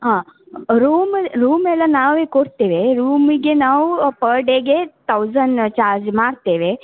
ಹಾಂ ಅ ರೂಮ್ ಎಲ್ಲ ನಾವೇ ಕೊಡ್ತೇವೆ ರೂಮಿಗೆ ನಾವು ಅ ಪರ್ ಡೇಗೆ ತೌಸಂಡ್ ಅ ಚಾರ್ಜ್ ಮಾಡ್ತೇವೆ